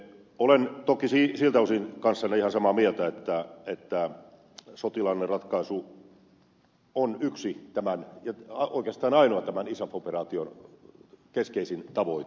olen toki siltä osin kanssanne ihan samaa mieltä että sotilaallinen ratkaisu on yksi ja oikeastaan ainoa tämän isaf operaation keskeisin tavoite